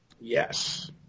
Yes